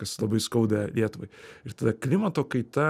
kas labai skauda lietuvai ir tada klimato kaita